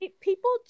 People